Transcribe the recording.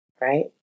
right